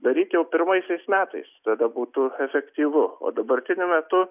daryt jau pirmaisiais metais tada būtų efektyvu o dabartiniu metu